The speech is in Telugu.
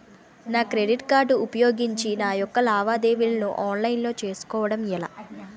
నా క్రెడిట్ కార్డ్ ఉపయోగించి నా యెక్క లావాదేవీలను ఆన్లైన్ లో చేసుకోవడం ఎలా?